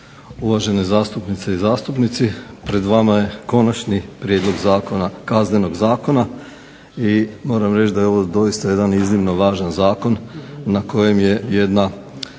Uvažene zastupnice i zastupnici. Pred vama je Konačni prijedlog Kaznenog zakona i moram reći da je ovo doista jedan iznimno važan zakon na kojem je jedna